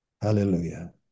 Hallelujah